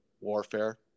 warfare